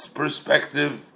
perspective